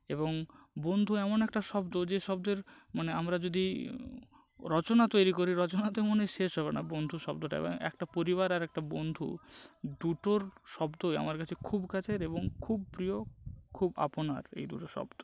এবং বন্ধু এমন একটা শব্দ যে শব্দের মানে আমরা যদি রচনা তৈরি করি রচনাতে মনে শেষ হবে না বন্ধু শব্দটা মানে একটা পরিবার আর একটা বন্ধু দুটোর শব্দই আমার কাছে খুব কাছের এবং খুব প্রিয় খুব আপনার এই দুটো শব্দ